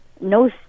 No